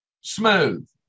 Smooth